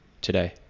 today